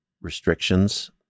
restrictions